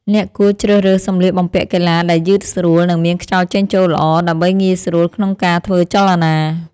អ្នកគួរជ្រើសរើសសម្លៀកបំពាក់កីឡាដែលយឺតស្រួល និងមានខ្យល់ចេញចូលល្អ ដើម្បីងាយស្រួលក្នុងការធ្វើចលនា។